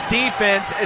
defense